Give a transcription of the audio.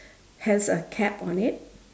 has a cap on it